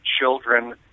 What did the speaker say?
children